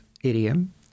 idiom